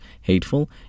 hateful